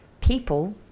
people